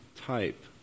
type